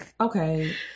okay